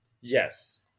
Yes